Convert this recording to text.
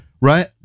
right